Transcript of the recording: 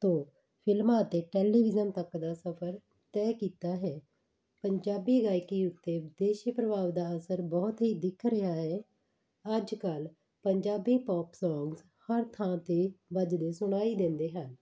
ਤੋਂ ਫਿਲਮਾਂ ਅਤੇ ਟੈਲੀਵਿਜਨ ਤੱਕ ਦਾ ਸਫਰ ਤੈਅ ਕੀਤਾ ਹੈ ਪੰਜਾਬੀ ਗਾਇਕੀ ਉੱਤੇ ਵਿਦੇਸ਼ੀ ਪ੍ਰਭਾਵ ਦਾ ਅਸਰ ਬਹੁਤ ਹੀ ਦਿੱਖ ਰਿਹਾ ਹੈ ਅੱਜ ਕੱਲ੍ਹ ਪੰਜਾਬੀ ਪੋਪ ਸੌਂਗਜ਼ ਹਰ ਥਾਂ 'ਤੇ ਵੱਜਦੇ ਸੁਣਾਈ ਦਿੰਦੇ ਹਨ